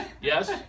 yes